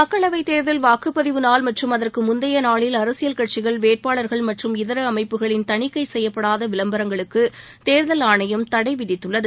மக்களவைத் தேர்தல் வாக்குப்பதிவு நாள் மற்றும் அதற்கு முந்தைய நாளில் அரசியல் கட்சிகள் வேட்பாளர்கள் மற்றும் இதர அமைப்புகளின் தணிக்கை செய்யப்படாத விளம்பரங்களுக்கு தேர்தல் ஆணையம் தடை விதித்துள்ளது